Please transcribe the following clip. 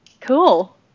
cool